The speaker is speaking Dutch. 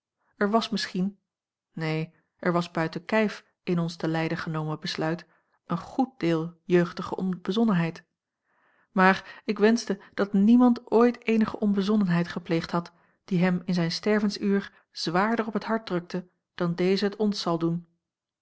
er was misschien neen er was buiten kijf in ons te leyden genomen besluit een goed deel jeugdige onbezonnenheid maar ik wenschte dat niemand ooit eenige onbezonnenheid gepleegd had die hem in zijn stervensuur zwaarder op t hart drukte dan deze het ons zal doen